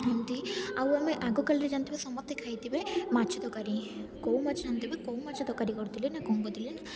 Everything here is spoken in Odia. ଏମିତି ଆଉ ଆମେ ଆଗକାଳରେ ଜାଣିଥିବେ ସମସ୍ତେ ଖାଇଥିବେ ମାଛ ତରକାରୀ କଉମାଛ ଜାଣିଥିବେ କଉମାଛ ତରକାରୀ କରୁଥିଲେ ନା କଣ କରୁଥିଲେ